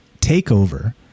takeover